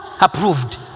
approved